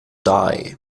die